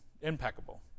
impeccable